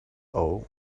all